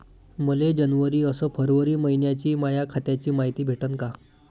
मले जनवरी अस फरवरी मइन्याची माया खात्याची मायती भेटन का?